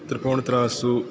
त्रिपुणितरासु